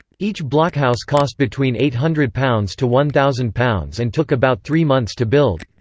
each blockhouse cost between eight hundred pounds to one thousand pounds and took about three months to build.